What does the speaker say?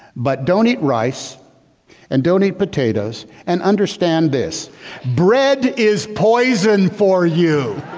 but don't eat rice and don't eat potatoes and understand this bread is poison for you!